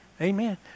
Amen